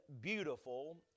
beautiful